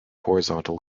horizontal